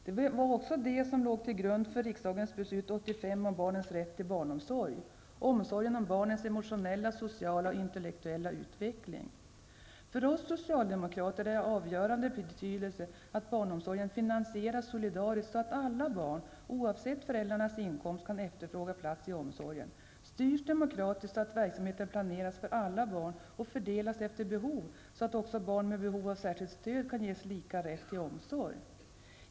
Det var också detta som låg till grund för riksdagens beslut 1985 om barnens rätt till barnomsorg -- omsorgen om barnens emotionella, sociala och intellektuella utveckling. För oss socialdemokrater är det av avgörande betydelse att barnomsorgen finansieras solidariskt så att alla barn, oavsett föräldrarnas inkomst, kan efterfråga plats i omsorgen och att den styrs demokratiskt så att verksamheten planeras för alla barn och fördelas efter behov, så att också barn med behov av särskilt stöd kan ges lika rätt till omsorg.